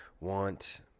want